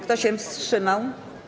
Kto się wstrzymał?